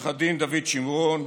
עו"ד דוד שמרון,